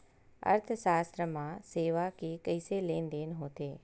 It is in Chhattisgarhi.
अर्थशास्त्र मा सेवा के कइसे लेनदेन होथे?